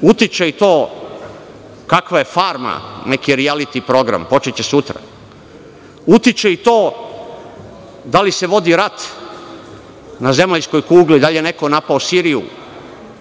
utiče i to kakva je „Farma“, neki rijaliti program, počeće sutra, utiče i to da li se vodi rat na zemaljskoj kugli, da li je neko napao Siriju,